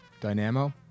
Dynamo